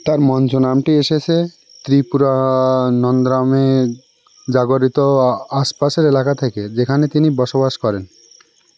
তার মঞ্চ নামটি এসেছে ত্রিপুরা নন্দরামে জাগরিত আশপাশের এলাকা থেকে যেখানে তিনি বসবাস করেন